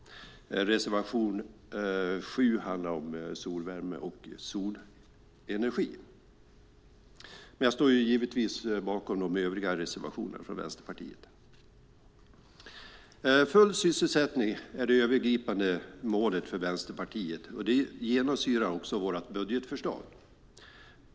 Reservation 7 handlar om solvärme och solenergi. Jag står givetvis bakom även de övriga reservationerna från Vänsterpartiet. Full sysselsättning är det övergripande målet för Vänsterpartiet, och det genomsyrar vårt budgetförslag.